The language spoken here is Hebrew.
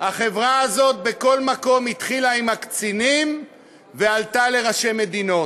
החברה הזאת בכל מקום התחילה עם הקצינים ועלתה לראשי מדינות.